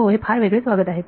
हो हे फार वेगळेच वागत आहेत